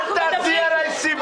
אל תעשי עליי סיבוב.